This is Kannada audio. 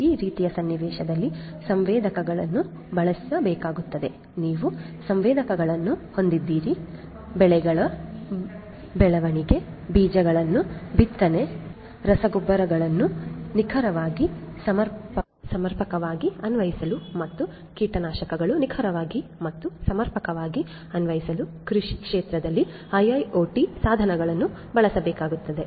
ಈ ರೀತಿಯ ಸನ್ನಿವೇಶದಲ್ಲಿ ಸಂವೇದಕಗಳನ್ನು ಬಳಸಬೇಕಾಗುತ್ತದೆ ನೀವು ಸಂವೇದಕಗಳನ್ನು ಹೊಂದಿದ್ದೀರಿ ಬೆಳೆಗಳ ಬೆಳವಣಿಗೆ ಬೀಜಗಳನ್ನು ಬಿತ್ತನೆ ರಸಗೊಬ್ಬರಗಳನ್ನು ನಿಖರವಾಗಿ ಸಮರ್ಪಕವಾಗಿ ಅನ್ವಯಿಸಲು ಮತ್ತು ಕೀಟನಾಶಕಗಳನ್ನು ನಿಖರವಾಗಿ ಮತ್ತು ಸಮರ್ಪಕವಾಗಿ ಅನ್ವಯಿಸಲು ಕೃಷಿ ಕ್ಷೇತ್ರದಲ್ಲಿ IIoT ಸಾಧನಗಳನ್ನು ಬಳಸಬೇಕಾಗುತ್ತದೆ